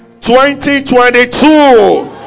2022